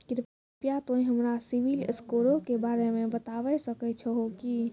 कृपया तोंय हमरा सिविल स्कोरो के बारे मे बताबै सकै छहो कि?